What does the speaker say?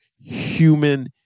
human